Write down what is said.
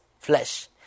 flesh